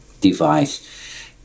device